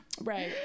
right